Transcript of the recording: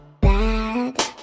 Bad